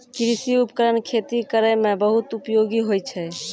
कृषि उपकरण खेती करै म बहुत उपयोगी होय छै